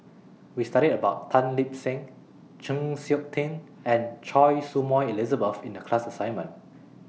We studied about Tan Lip Seng Chng Seok Tin and Choy Su Moi Elizabeth in The class assignment